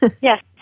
Yes